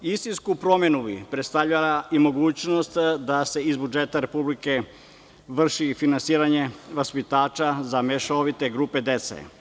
Istinsku promenu bi predstavljala i mogućnost da se iz budžeta Republike vrši finansiranje vaspitača za mešovite grupe dece.